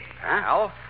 pal